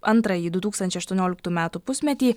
antrąjį du tūkstančiai aštuonioliktų metų pusmetį